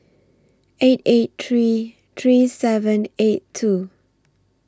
eight eight three three seven eight two